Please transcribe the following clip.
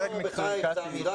דרג מקצועי, קטי.